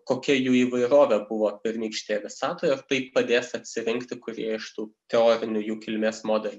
kokia jų įvairovė buvo pernykštėje visatoje ir tai padės atsirinkti kurie iš tų teorinių jų kilmės modelių